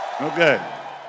Okay